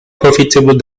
profitable